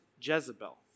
Jezebel